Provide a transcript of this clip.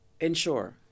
ensure